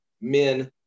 men